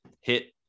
hit